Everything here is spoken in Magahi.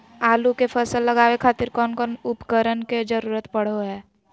आलू के फसल लगावे खातिर कौन कौन उपकरण के जरूरत पढ़ो हाय?